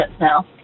now